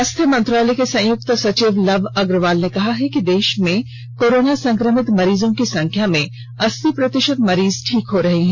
स्वास्थ्य मंत्रालय के संयुक्त सचिव लव अग्रवाल ने कहा है कि देष में कोरोना संक्रमित मरीजों की संख्या में अस्सी प्रतिषत मरीज ठीक हो रहे हैं